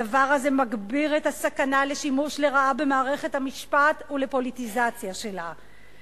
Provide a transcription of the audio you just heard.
הדבר הזה מגביר את הסכנה לשימוש לרעה במערכת המשפט ולפוליטיזציה שלה.